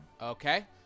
Okay